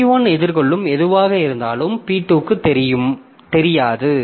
P1 எதிர்கொள்ளும் எதுவாக இருந்தாலும் P2 க்கு தெரியாது